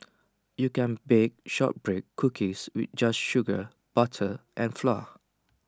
you can bake Shortbread Cookies we just sugar butter and flour